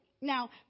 Now